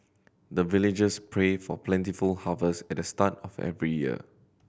the villagers pray for plentiful harvest at the start of every year